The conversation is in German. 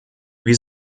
wir